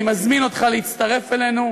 אני מזמין אותך להצטרף אלינו,